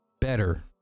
better